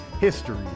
History